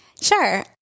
Sure